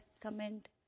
comment